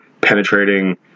penetrating